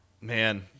man